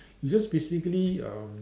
you just basically um